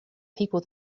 people